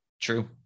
true